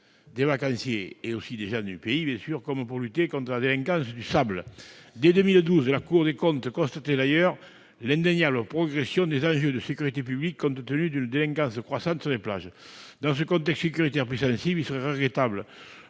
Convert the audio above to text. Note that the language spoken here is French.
des vacanciers et des gens du pays que pour lutter contre la « délinquance du sable ». Dès 2012, la Cour des comptes constatait d'ailleurs l'indéniable progression des enjeux de sécurité publique, compte tenu d'une délinquance croissante sur les plages. Dans ce contexte sécuritaire plus sensible, il serait regrettable